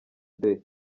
day